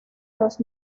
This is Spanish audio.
los